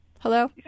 Hello